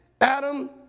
Adam